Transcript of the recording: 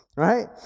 Right